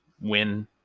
win